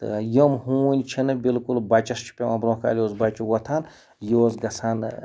تہٕ یِم ہوٗنۍ چھِنہٕ بلکل بَچَس چھِ پٮ۪وان بروںٛہہ کالہِ یہِ اوس بَچہِ وۄتھان یہِ اوس گژھان